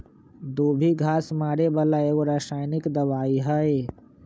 दुभी घास मारे बला एगो रसायनिक दवाइ हइ